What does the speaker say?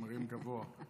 מרים גבוה.